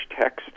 text